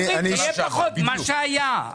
הם אומרים שזה יהיה פחות ממה שהיה.